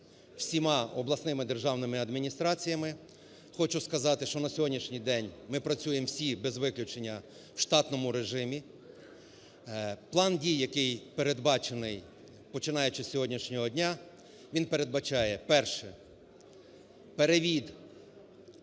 всіма обласними державними адміністраціями. Хочу сказати, що на сьогоднішній день ми працюємо всі без виключення в штатному режимі. План дій, який передбачений, починаючи з сьогоднішнього дня, він передбачає: перше – перевід